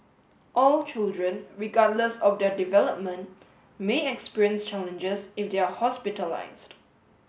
all children regardless of their development may experience challenges if they are hospitalised